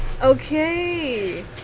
Okay